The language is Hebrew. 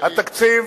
התקציב